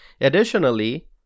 Additionally